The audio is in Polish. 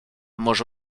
może